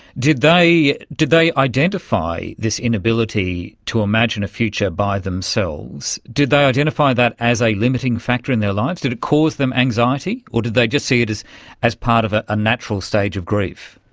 did they did they identify this inability to imagine a future by themselves, did they identify that as a limiting factor in their lives? did it cause them anxiety, or did they just see it as as part of ah a natural stage of grief?